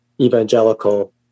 evangelical